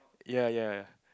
ya ya